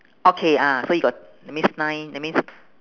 okay ah so you got that means nine that means